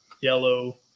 yellow